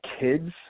kids